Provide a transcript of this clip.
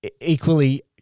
equally